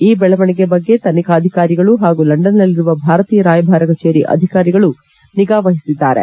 ಈ ಬೆಳವಣಿಗೆ ಬಗ್ಗೆ ತನಿಖಾಧಿಕಾರಿಗಳು ಹಾಗೂ ಲಂಡನ್ನಲ್ಲಿರುವ ಭಾರತೀಯ ರಾಯಭಾರ ಕಚೇರಿ ಅಧಿಕಾರಿಗಳು ನಿಗಾ ವಹಿಸಿದ್ದಾರೆ